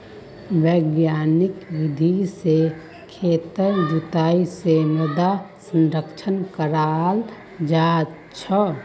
वैज्ञानिक विधि से खेतेर जुताई से मृदा संरक्षण कराल जा छे